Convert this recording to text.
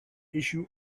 issue